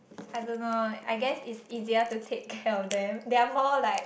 I don't know I guess it's easier to take care of them they are more like